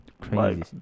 Crazy